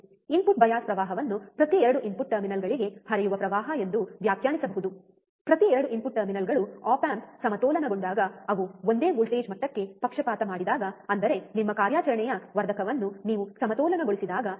input bias ಪ್ರವಾಹವನ್ನು ಪ್ರತಿ 2 input ಟರ್ಮಿನಲ್ಗಳಿಗೆ ಹರಿಯುವ ಪ್ರವಾಹ ಎಂದು ವ್ಯಾಖ್ಯಾನಿಸಬಹುದು ಪ್ರತಿ 2 ಇನ್ಪುಟ್ ಟರ್ಮಿನಲ್ಗಳು ಆಪ್ ಆಂಪ್ ಸಮತೋಲನಗೊಂಡಾಗ ಅವು ಒಂದೇ ವೋಲ್ಟೇಜ್ ಮಟ್ಟಕ್ಕೆ ಪಕ್ಷಪಾತ ಮಾಡಿದಾಗ ಅಂದರೆ ನಿಮ್ಮ ಕಾರ್ಯಾಚರಣೆಯ ವರ್ಧಕವನ್ನು ನೀವು ಸಮತೋಲನಗೊಳಿಸಿದಾಗ ಸರಿ